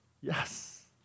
yes